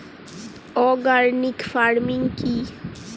Organic farming কি?